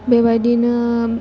बेबायदिनो